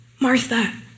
Martha